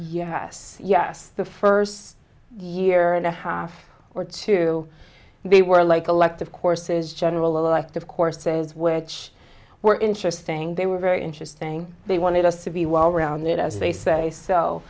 yes yes the first year and a half or two they were like elective courses general left of course says where each were interesting they were very interesting they wanted us to be well rounded as they say so